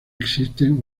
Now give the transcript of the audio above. existen